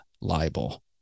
libel